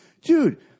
Dude